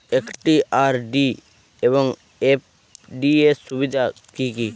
একটি আর.ডি এবং এফ.ডি এর সুবিধা কি কি?